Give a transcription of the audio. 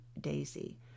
Daisy